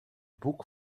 boek